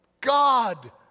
God